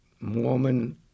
Mormon